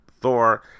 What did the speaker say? Thor